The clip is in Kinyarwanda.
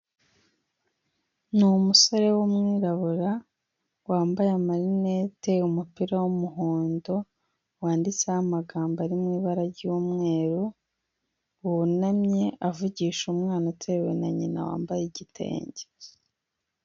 Ni umusore w'umwirabura wambaye amarinete umupira w'umuhondo wanditseho amagambo ari mu ibara ry'umweru wunamye avugisha umwana utewe na nyina wambaye igitenge.